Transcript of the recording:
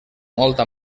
molta